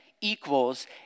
equals